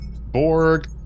Borg